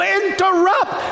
interrupt